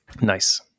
nice